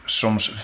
soms